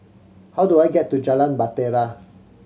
how do I get to Jalan Bahtera